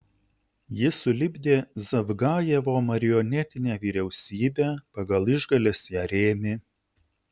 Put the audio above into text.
ji sulipdė zavgajevo marionetinę vyriausybę pagal išgales ją rėmė